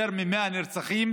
יותר מ-100 נרצחים